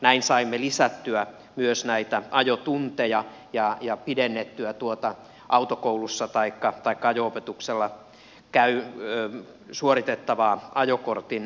näin saimme lisättyä myös ajotunteja ja pidennettyä autokoulussa taikka ajo opetuksella suoritettavaa ajokortin suorittamista